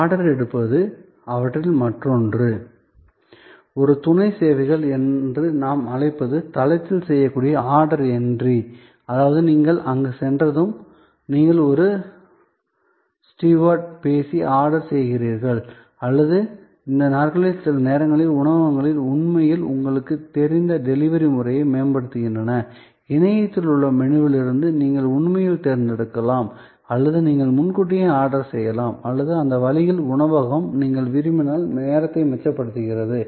order எடுப்பது அவற்றில் மற்றொன்று ஒரு துணை சேவைகள் என்று நாம் அழைப்பது தளத்தில் செய்யக்கூடிய ஆர்டர் என்ட்ரி அதாவது நீங்கள் அங்கு சென்றதும் நீங்கள் ஒரு ஸ்டீவர்ட்டுடன் பேசி ஆர்டர் செய்கிறீர்கள் அல்லது இந்த நாட்களில் சில நேரங்களில் உணவகங்கள் உண்மையில் உங்களுக்குத் தெரிந்த டெலிவரி முறையை மேம்படுத்துகின்றன இணையத்தில் உள்ள மெனுவிலிருந்து நீங்கள் உண்மையில் தேர்ந்தெடுக்கலாம் மற்றும் நீங்கள் முன்கூட்டியே ஆர்டர் செய்யலாம் மற்றும் அந்த வழியில் உணவகம் நீங்கள் விரும்பினால் நேரத்தை மிச்சப்படுத்துகிறது